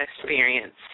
Experience